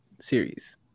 series